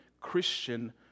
Christian